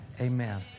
Amen